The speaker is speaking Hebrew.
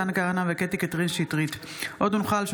מתן כהנא וקטי קטרין שטרית בנושא: הנחיות בדבר